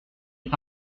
est